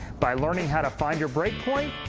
by learning how to find your break point,